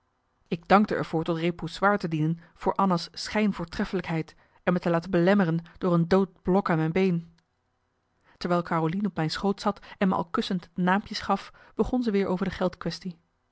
ik dankte er voor tot repoussoir te dienen voor anna's schijn voortreffelijkheid en me te laten belemmeren door een dood blok aan mijn been terwijl carolien op mijn schoot zat en me al kussend naampjes gaf begon ze weer over de